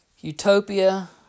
utopia